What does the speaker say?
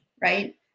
Right